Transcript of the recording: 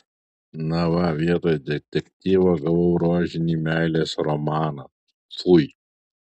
na va vietoj detektyvo gavau rožinį meilės romaną fui